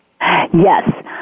Yes